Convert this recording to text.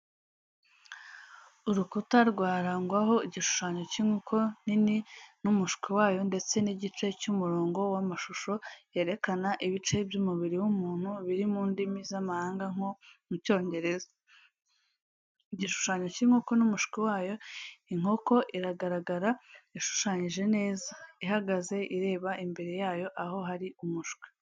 Urukuta rwarangwaho igishushanyo cy’inkoko nini n’umushwi wayo ndetse n'igice cy’umurongo w’amashusho yerekana ibice by’umubiri w’umuntu, biri mu ndimi z'amahanga nko mu Cyongereza. Igishushanyo cy’inkoko n’umushwi wayo. Inkoko iragaragara ishushanyije neza, ihagaze, ireba imbere yayo aho hari umushwi.